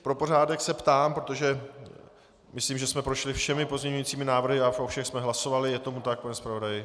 Pro pořádek se ptám, protože myslím, že jsme prošli všemi pozměňujícími návrhy a o všech jsme hlasovali je tomu tak, pane zpravodaji?